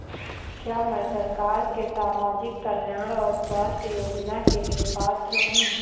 क्या मैं सरकार के सामाजिक कल्याण और स्वास्थ्य योजना के लिए पात्र हूं?